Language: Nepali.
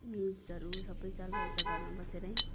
न्युजहरू सबै चाल पाउँछ घरमा बसेरै